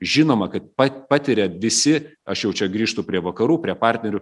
žinoma kad pat patiria visi aš jau čia grįžtu prie vakarų prie partnerių